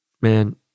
man